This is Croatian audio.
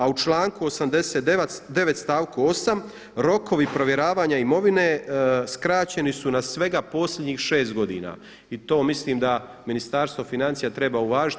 A u članku 89. stavku 8. rokovi provjeravanja imovine skraćeni su na svega posljednjih 6 godina i to mislim da Ministarstvo financija treba uvažiti.